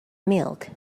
milk